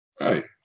Right